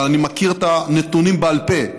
אבל אני מכיר את הנתונים בעל פה,